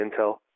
Intel